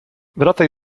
wracaj